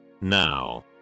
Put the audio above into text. Now